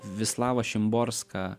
vislava šimborska